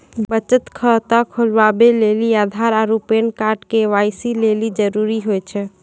बचत खाता खोलबाबै लेली आधार आरू पैन कार्ड के.वाइ.सी लेली जरूरी होय छै